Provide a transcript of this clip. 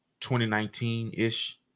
2019-ish